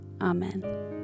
Amen